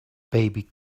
baby